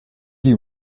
die